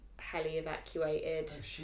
heli-evacuated